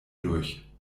durch